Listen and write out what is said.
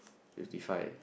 fifty five